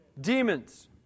Demons